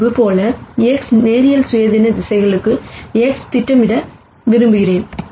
முன்பு போல X linear independent வெக்டார்களுக்கு X திட்டமிட விரும்புகிறேன்